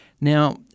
Now